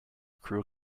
crew